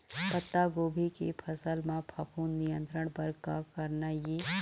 पत्तागोभी के फसल म फफूंद नियंत्रण बर का करना ये?